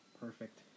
perfect